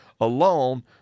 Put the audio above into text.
alone